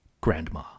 Grandma